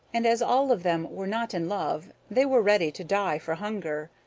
and as all of them were not in love they were ready to die for hunger.